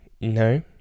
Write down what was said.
no